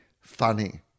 funny